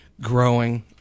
growing